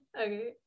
Okay